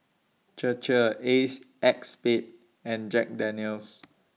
Chir Chir Ace X Spade and Jack Daniel's